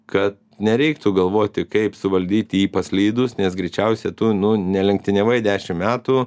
kad nereiktų galvoti kaip suvaldyti jį paslydus nes greičiausia tu nu nelenktyniavai dešim metų